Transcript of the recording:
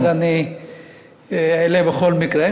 אני אעלה בכל מקרה.